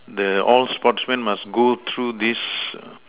the all sportsman must go through these